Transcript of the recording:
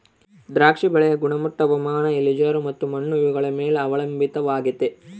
ದ್ರಾಕ್ಷಿ ಬಳ್ಳಿಯ ಗುಣಮಟ್ಟ ಹವಾಮಾನ, ಇಳಿಜಾರು ಮತ್ತು ಮಣ್ಣು ಇವುಗಳ ಮೇಲೆ ಅವಲಂಬಿತವಾಗೆತೆ